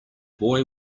boy